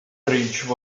bridge